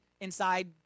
inside